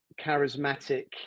charismatic